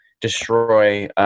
destroy